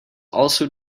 also